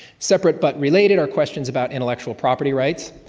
separate but related are questions about international property rights.